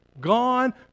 gone